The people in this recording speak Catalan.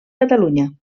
catalunya